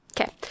okay